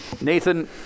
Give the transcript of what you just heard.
Nathan